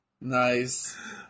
Nice